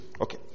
Okay